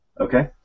Okay